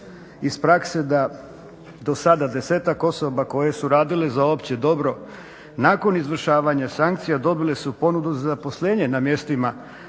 prakse da do sada desetak osoba koje su radile za opće dobro nakon izvršavanja sankcija dobile su ponudu za zaposlenje na mjestima